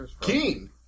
Keen